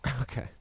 Okay